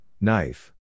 knife